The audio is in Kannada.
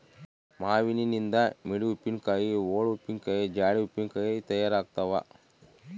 ಮಾವಿನನಿಂದ ಮಿಡಿ ಉಪ್ಪಿನಕಾಯಿ, ಓಳು ಉಪ್ಪಿನಕಾಯಿ, ಜಾಡಿ ಉಪ್ಪಿನಕಾಯಿ ತಯಾರಾಗ್ತಾವ